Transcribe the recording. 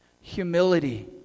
humility